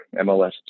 MLS